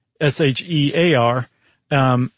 S-H-E-A-R